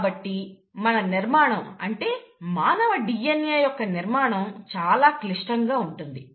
కాబట్టి మన నిర్మాణం అంటే మానవ DNA యొక్క నిర్మాణం చాలా క్లిష్టంగా ఉంటుంది